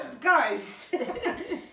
guys